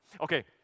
Okay